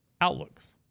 outlooks